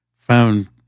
found